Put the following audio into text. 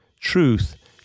truth